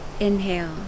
Inhale